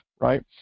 right